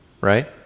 right